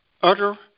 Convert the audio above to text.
utter